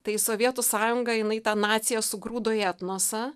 tai sovietų sąjunga jinai tą naciją sugrūdo į etnosą